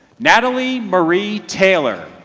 natalie marie taylor.